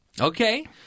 Okay